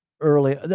early